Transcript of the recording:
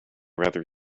rather